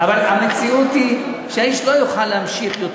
אבל המציאות היא שהאיש לא יוכל להמשיך יותר.